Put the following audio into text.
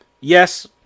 Yes